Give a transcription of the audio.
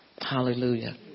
Hallelujah